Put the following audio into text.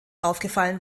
aufgefallen